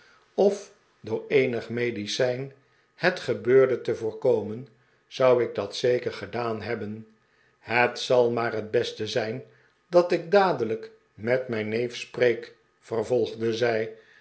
of door eenig medicijn het gebeurde te voorkomen zou ik dat zeker gedaan hebben het zal maar het beste zijn dat ik dadelijk met mijn neef spreek vervolgde zij